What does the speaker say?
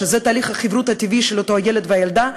שזה מקום תהליך החברוּת הטבעי של אותם ילד וילדה,